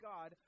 God